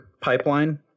pipeline